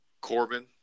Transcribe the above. Corbin